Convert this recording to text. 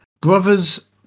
Brothers